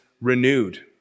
renewed